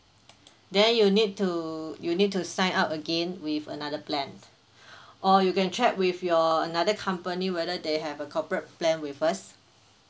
then you need to you need to sign up again with another plan or you can check with your another company whether they have a corporate plan with us